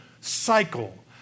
cycle